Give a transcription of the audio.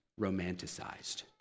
romanticized